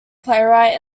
playwright